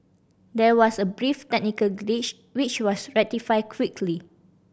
there was a brief technical glitch which was rectified quickly